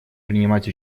принимать